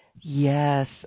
Yes